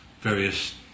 various